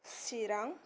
चिरां